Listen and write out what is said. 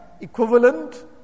equivalent